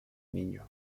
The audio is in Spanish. niño